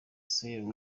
saint